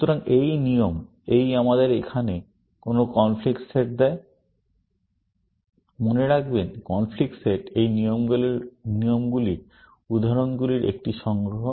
সুতরাং এই নিয়ম এই আমাদের এখানে কোথাও কনফ্লিক্ট সেট দেয় মনে রাখবেন কনফ্লিক্ট সেট এই নিয়মগুলির উদাহরণগুলির একটি সংগ্রহ